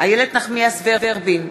איילת נחמיאס ורבין,